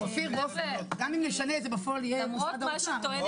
גם אם נשנה את זה, בפועל יהיה משרד האוצר.